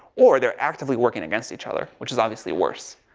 or they're actively working against each other which is obviously worse.